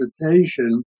transportation